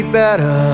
better